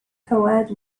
coed